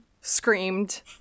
screamed